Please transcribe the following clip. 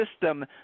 system